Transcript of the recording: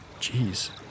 jeez